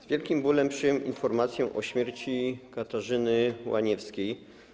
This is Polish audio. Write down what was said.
Z wielkim bólem przyjąłem informację o śmierci Katarzyny Łaniewskiej.